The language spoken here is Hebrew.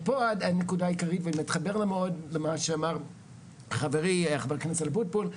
ופה הנקודה העיקרית ואני מתחבר מאוד למה שאמר חברי ח"כ אבוטבול,